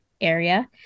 area